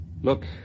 Look